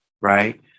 Right